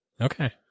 Okay